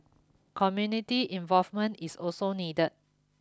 community involvement is also needed